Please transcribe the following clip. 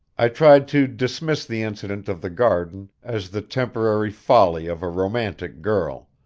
i tried to dismiss the incident of the garden as the temporary folly of a romantic girl,